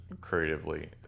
creatively